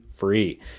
free